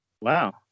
Wow